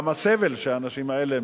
גם הסבל שהאנשים אלה,